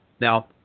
now